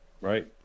Right